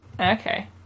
Okay